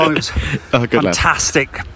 Fantastic